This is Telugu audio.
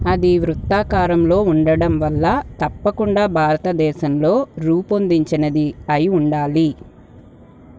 అది వృత్తాకారంలో ఉండటం వల్ల తప్పకుండా భారతదేశంలో రూపొందించినది అయి ఉండాలి